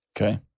Okay